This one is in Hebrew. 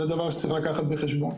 זה דבר שצריך לקחת בחשבון.